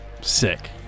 Sick